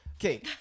Okay